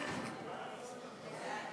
חוק רשות מקרקעי ישראל (תיקון מס' 13),